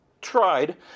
tried